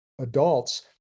adults